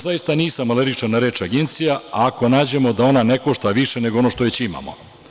Zaista nisam alergičan na reč – agencija, ako nađemo da ona ne košta više nego ono što već imamo.